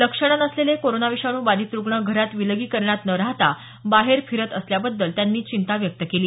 लक्षणं नसलेले कोरोना विषाणू बाधित रुग्ण घरात विलगीकरणात न राहता बाहेर फिरत असल्याबद्दल त्यांनी चिंता व्यक्त केली